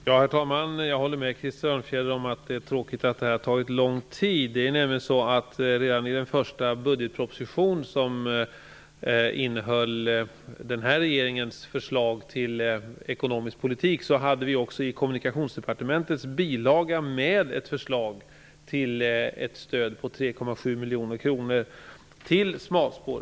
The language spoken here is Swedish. Herr talman! Jag håller med Krister Örnfjäder om att det är tråkigt att det här har tagit lång tid. Redan i den första budgetpropositionen som innehöll den här regeringens förslag till ekonomisk politik hade vi nämligen i Kommunikationsdepartementets bilaga ett förslag till stöd på 3,7 miljoner kronor till smalspåret.